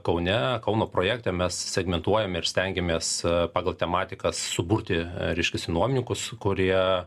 kaune kauno projekte mes segmentuotjam ir stengiamės pagal tematiką suburti reiškiasi nuomininkus kurie